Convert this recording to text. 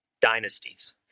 dynasties